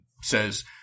says